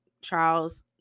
Charles